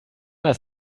das